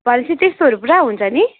भनेपछि त्यस्तोहरू पुरा हुन्छ नि